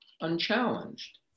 unchallenged